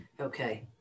Okay